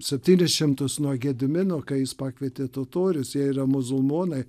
septynis šimtus nuo gedimino kai jis pakvietė totorius jie yra musulmonai